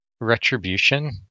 retribution